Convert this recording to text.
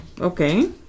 Okay